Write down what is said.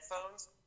headphones